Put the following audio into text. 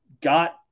got